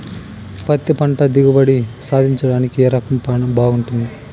పత్తి పంట దిగుబడి సాధించడానికి ఏ రకం బాగుంటుంది?